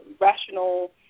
rational